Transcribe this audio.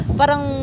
parang